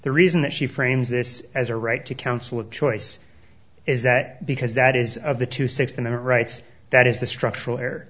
the reason that she frames this as a right to counsel of choice is that because that is of the two sixteen the rights that is the structural